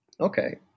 Okay